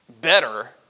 better